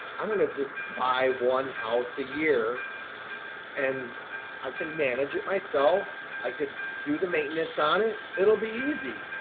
i'm going to just buy one house a year and i can manage it myself. i could do the maintenance on it. it'll be easy.